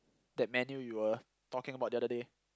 that menu you were talking about the other day